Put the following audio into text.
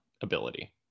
ability